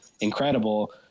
incredible